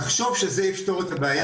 לחשוב שזה יפתור את הבעיה,